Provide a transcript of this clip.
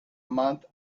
month